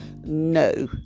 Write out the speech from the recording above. No